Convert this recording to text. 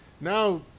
now